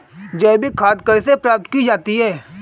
जैविक खाद कैसे प्राप्त की जाती है?